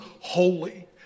holy